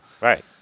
Right